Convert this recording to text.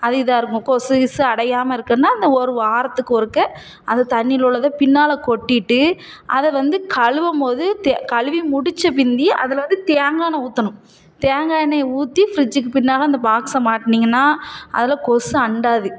அது இதாக இருக்கும் கொசு கிசு அடையாமல் இருக்கிறதுன்னா அந்த ஒரு வாரத்துக்கு ஒருக்க அந்த தண்ணியில் உள்ளதை பின்னால் கொட்டிவிட்டு அதை வந்து கழுவம் போது த கழுவி முடித்த பிந்தி அதில் வந்து தேங்காண்ணெய் ஊற்றணும் தேங்காய் எண்ணெயை ஊற்றி ஃப்ரிட்ஜுக்கு பின்னால் அந்த பாக்ஸை மாட்டினீங்கன்னா அதில் கொசு அண்டாது